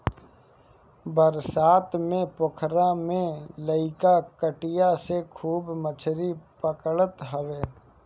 बरसात में पोखरा में लईका कटिया से खूब मछरी पकड़त हवे